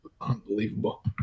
unbelievable